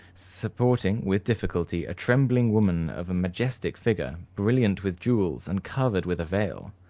supporting with difficulty a trembling woman of a majestic figure, brilliant with jewels, and covered with a veil.